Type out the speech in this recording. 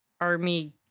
army